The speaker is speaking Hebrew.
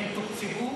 הם תוקצבו,